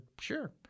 sure